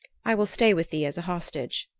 i will stay with thee as a hostage,